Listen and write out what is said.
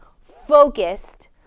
focused